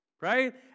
right